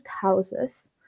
houses